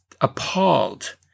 appalled